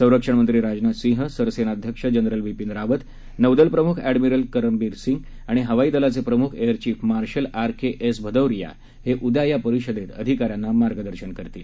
संरक्षण मंत्री राजनाथ सिंह सरसेनाध्यक्ष जनरल बिपीन रावत नौदल प्रमुख अद्यानिरल करमबिर सिंह आणि हवाई दलाचे प्रमुख air chief marshal R K S Bhadauria हे उद्या या परिषदेत अधिकाऱ्यांना मार्गदर्शन करतील